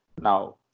Now